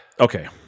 Okay